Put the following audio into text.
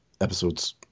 episodes